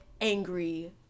angry